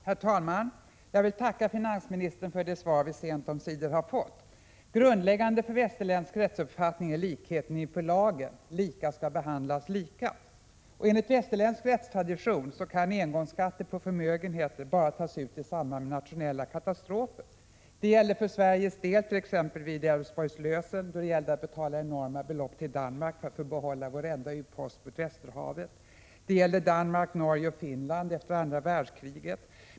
Herr talman! Jag vill tacka finansministern för det svar som vi sent omsider har fått. Grundläggande för västerländsk rättsuppfattning är likheten inför lagen. Lika skall behandlas lika. Enligt västerländsk rättstradition kan engångsskatter på förmögenheter bara tas ut i samband med nationella katastrofer. Det gällde för Sveriges del t.ex. vid Älvsborgs lösen, då Sverige måste betala enorma belopp till Danmark för att få behålla vår enda utpost mot västerhavet, och det gällde Danmark, Norge och Finland efter andra världskriget.